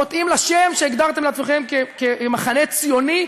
חוטאים לשם שהגדרתם לעצמכם כמחנה ציוני,